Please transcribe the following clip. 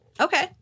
okay